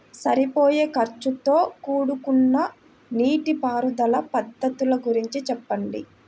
సరిపోయే ఖర్చుతో కూడుకున్న నీటిపారుదల పద్ధతుల గురించి చెప్పండి?